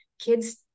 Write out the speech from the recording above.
Kids